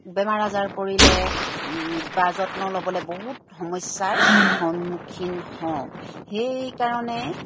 বেমাৰ আজাৰ পৰিলে বা যত্ন ল'বলৈ বহুত সমস্যাৰ সন্মুখীন হওঁ সেইকাৰণে